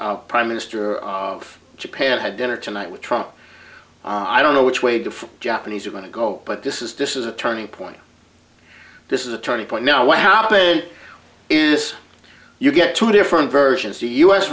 prime minister of japan had dinner tonight with trump i don't know which way the japanese are going to go but this is this is a turning point this is a turning point now what happened is you get two different versions